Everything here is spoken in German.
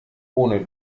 ohne